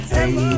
Hey